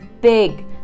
big